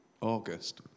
August